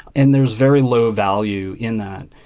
and there's very low value in that.